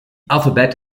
alphabet